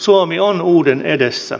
suomi on uuden edessä